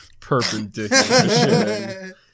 perpendicular